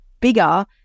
bigger